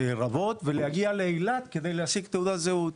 רבות אוטובוס ואיתו להגיע לאילת כדי להשיג תעודת זהות.